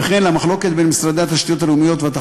וכן למחלוקת בין משרד התשתיות הלאומיות ומשרד